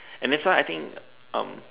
and that's why I think um